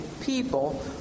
people